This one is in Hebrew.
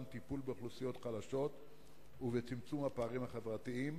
טיפול באוכלוסיות החלשות וצמצום הפערים החברתיים?